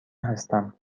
هستم